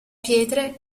pietre